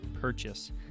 purchase